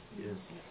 Yes